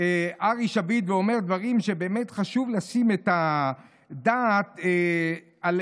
ארי שביט ואומר דברים שבאמת חשוב לתת את הדעת עליהם,